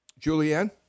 Julianne